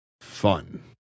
fun